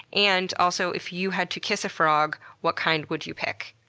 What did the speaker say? and also if you had to kiss a frog what kind would you pick?